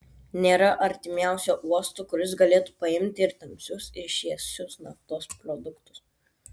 nėra artimiausio uosto kuris galėtų paimti ir tamsius ir šviesius naftos produktus